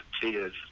tears